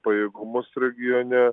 pajėgumus regione